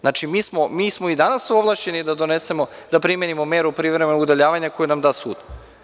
Znači, mi smo i danas ovlašćeni da donesemo, da primenimo meru privremenog udaljavanja koju nam da sud.